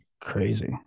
Crazy